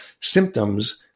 symptoms